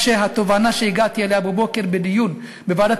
התובנה שהגעתי אליה בבוקר בדיון בוועדת